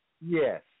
Yes